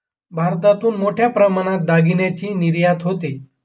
भारतातून मोठ्या प्रमाणात दागिन्यांची निर्यात होते